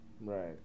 right